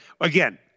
again